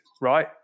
right